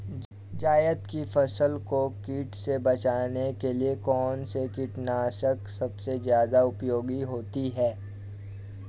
जायद की फसल को कीट से बचाने के लिए कौन से कीटनाशक सबसे ज्यादा उपयोगी होती है?